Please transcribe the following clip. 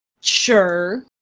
Sure